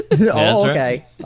okay